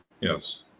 Yes